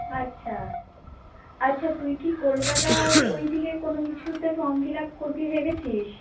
আচ্ছা আচ্ছা তুই কি কলকাতার ঐদিকে কোনো কিছুতে ফর্ম ফিল আপ করবি ভেবেছিস